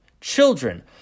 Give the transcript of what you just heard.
Children